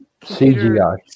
cgi